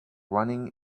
running